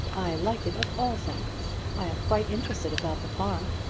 i like it of all things. i am quite interested about the farm.